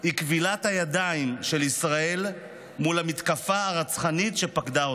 היא כבילת הידיים של ישראל מול המתקפה הרצחנית שפקדה אותה.